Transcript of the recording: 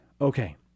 Okay